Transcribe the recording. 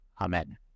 Amen